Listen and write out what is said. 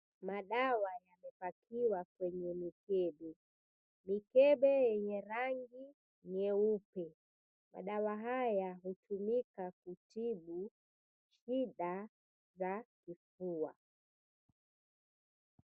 Madawa yamepakiwa kwenye mikebe. Mikebe yenye rangi nyeupe. Madawa haya hutumika kutibu shida za kifua.